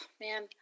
man